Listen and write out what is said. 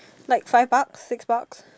like five bucks six bucks